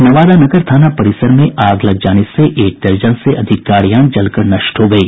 नवादा नगर थाना परिसर में आग लग जाने से एक दर्जन से अधिक गाड़ियां जलकर नष्ट हो गयी